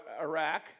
Iraq